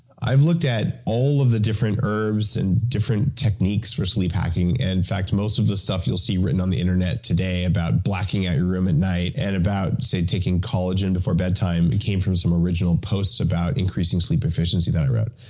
i've looked at all of the different herbs and different techniques for sleep hacking, and, in fact, most of the stuff you'll see written on the internet today about blacking out your room at and night and about, say, taking collagen before bedtime came from some original posts about increasing sleep efficiency that i wrote.